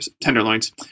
tenderloins